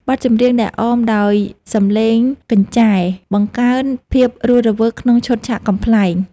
បទចម្រៀងដែលអមដោយសំឡេងកញ្ឆែ បង្កើនភាពរស់រវើកក្នុងឈុតឆាកកំប្លែង។